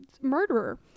murderer